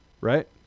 right